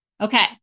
Okay